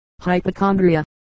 hypochondria